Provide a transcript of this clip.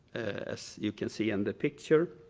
as you can see in the picture.